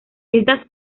estas